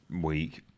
week